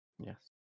Yes